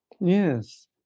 Yes